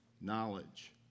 knowledge